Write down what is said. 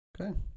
Okay